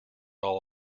all